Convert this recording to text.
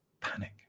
panic